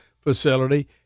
facility